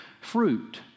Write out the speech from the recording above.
fruit